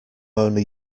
only